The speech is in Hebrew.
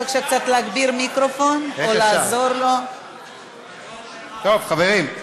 טוב, חברים,